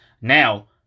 Now